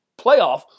playoff